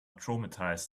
traumatized